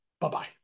Bye-bye